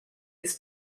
its